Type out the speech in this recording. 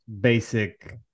basic